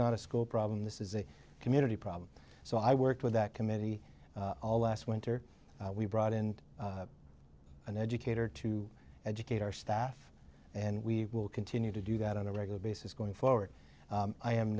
not a school problem this is a community problem so i worked with that committee all last winter we brought in an educator to educate our staff and we will continue to do that on a regular basis going forward i am